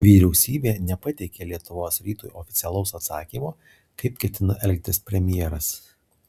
vyriausybė nepateikė lietuvos rytui oficialaus atsakymo kaip ketina elgtis premjeras